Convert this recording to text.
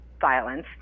violence